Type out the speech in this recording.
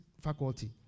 faculty